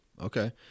okay